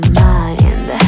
mind